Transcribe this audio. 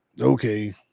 Okay